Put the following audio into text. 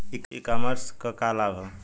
ई कॉमर्स क का लाभ ह?